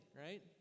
right